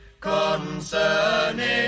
Concerning